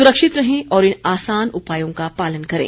सुरक्षित रहें और इन आसान उपायों का पालन करें